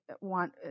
want